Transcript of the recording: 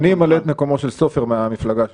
אני אמלא את מקומו של סופר מהמפלגה שלי.